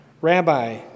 Rabbi